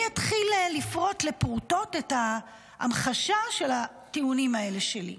אני אתחיל לפרוט לפרוטות את ההמחשה של הטיעונים האלה שלי.